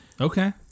Okay